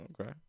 Okay